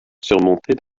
surmontée